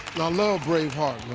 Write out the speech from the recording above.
i love brave heart.